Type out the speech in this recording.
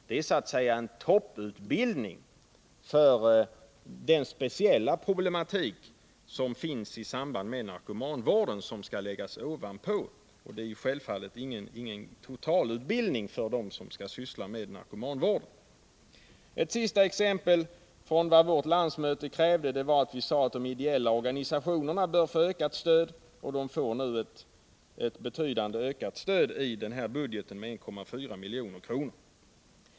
Det är så att säga en topputbildning för den speciella problematik som finns i samband med narkomanvården som skall läggas ovanpå. Det är självfallet inte fråga om någon totalutbildning för dem som skall syssla med narkomanvård. Ett sista exempel från vad vårt landsmöte krävde är att vi sade att de ideella organisationerna bör få ett ökat stöd. Statsbidragen till dessa organisationer kommer också enligt regeringsförslaget fr.o.m. budgetåret 1978/79 att öka med 1,4 milj.kr.